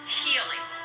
healing